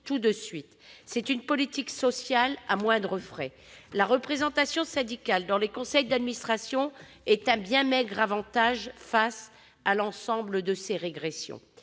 coût immédiat. C'est une politique sociale à moindres frais. La représentation syndicale dans les conseils d'administration est un bien maigre avantage face à l'ensemble de ces régressions.